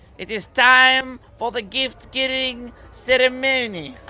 it is time for the gift giving ceremony!